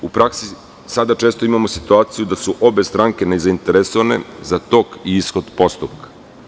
Sada u praksi često imamo situaciju da su obe stranke nezainteresovane za tok i ishod postupka.